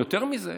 יותר מזה,